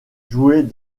jouait